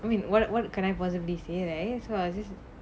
I mean what what can I possibly say right so I was